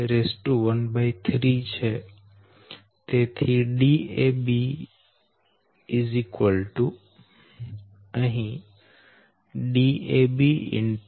dab14 10 10